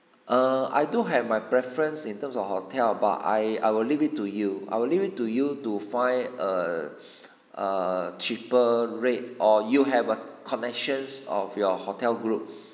err I do have my preference in terms of hotel but I I will leave it to you I will leave it to you to find err a cheaper rate or you have a connections of your hotel group